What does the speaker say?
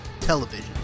television